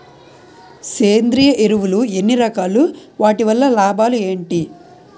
సేంద్రీయ ఎరువులు ఎన్ని రకాలు? వాటి వల్ల లాభాలు ఏంటి?